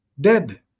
dead